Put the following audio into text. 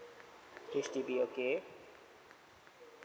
H_D_B okay